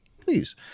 Please